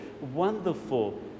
wonderful